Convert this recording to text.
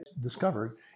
discovered